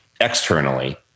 externally